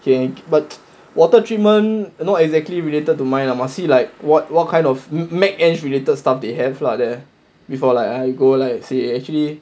okay but water treatment not exactly related to mine lah must see like what what kind of mechanical engineering related stuff they have lah there before like I go like say actually